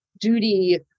duty